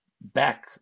back